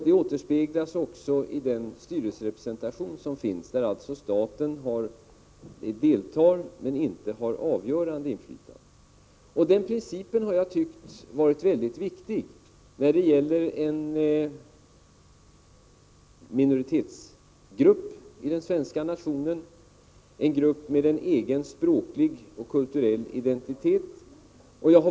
Det återspeglas också i styrelsens sammansättning. Staten deltar men har inte ett avgörande inflytande. Den principen har jag tyckt vara väldigt viktig när det gäller en minoritets grupp i den svenska nationen, en grupp med en egen språklig och kulturell identitet.